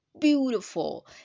beautiful